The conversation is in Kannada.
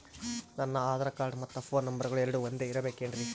ನನ್ನ ಆಧಾರ್ ಕಾರ್ಡ್ ಮತ್ತ ಪೋನ್ ನಂಬರಗಳು ಎರಡು ಒಂದೆ ಇರಬೇಕಿನ್ರಿ?